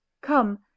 Come